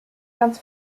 ganz